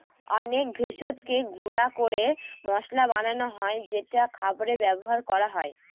অনেক ভেষজকে গুঁড়া করে মসলা বানানো হয় যেটা খাবারে ব্যবহার করা হয়